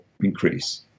increase